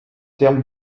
termes